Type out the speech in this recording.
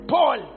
Paul